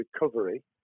recovery